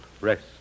rest